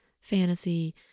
fantasy